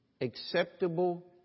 acceptable